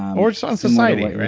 or but society,